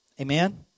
Amen